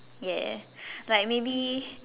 ya like maybe